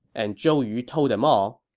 and zhou yu told them all,